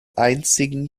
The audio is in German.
einzigen